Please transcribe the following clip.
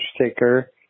sticker